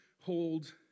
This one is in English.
hold